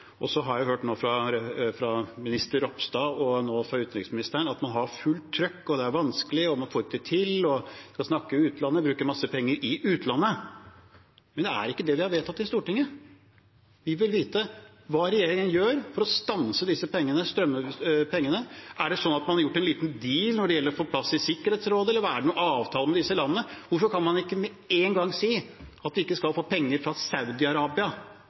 Så har jeg hørt fra minister Ropstad og nå fra utenriksministeren at man har fullt trykk, det er vanskelig, man får ikke det til, man skal snakke med utlandet, og man bruker en masse penger i utlandet. Men det er ikke det vi har vedtatt i Stortinget. Vi vil vite hva regjeringen gjør for å stanse disse pengestrømmene. Er det sånn at man har gjort en liten deal når det gjelder å få plass i Sikkerhetsrådet, eller er det avtaler med disse landene? Hvorfor kan man ikke med en gang si at de ikke skal få penger fra